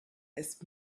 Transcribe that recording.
his